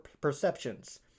perceptions